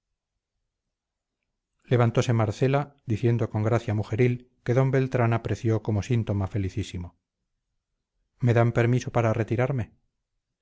muriendo levantose marcela diciendo con gracia mujeril que d beltrán apreció como síntoma felicísimo me dan permiso para retirarme